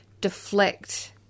deflect